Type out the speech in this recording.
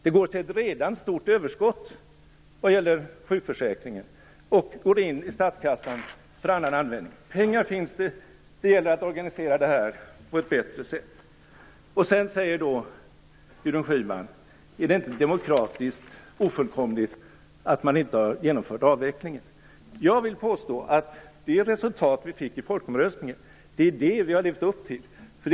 Den går till ett redan stort överskott i sjukförsäkringen och går sedan in i statskassan för annan användning. Pengar finns det. Det gäller att organisera det här på ett bättre sätt. Sedan undrar Gudrun Schyman om det inte är demokratiskt ofullkomligt att man inte har genomfört avvecklingen av kärnkraften. Jag vill påstå att vi har levt upp till det resultat vi fick i folkomröstningen.